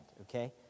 okay